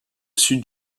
sud